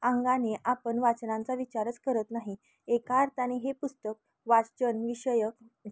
अंगाने आपण वाचनांचा विचारच करत नाही एका अर्थाने हे पुस्तक वाचन विषयक